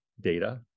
data